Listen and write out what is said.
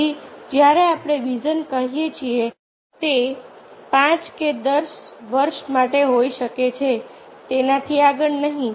તેથી જ્યારે આપણે વિઝન કહીએ છીએ તે 5 કે 10 વર્ષ માટે હોઈ શકે છે તેનાથી આગળ નહીં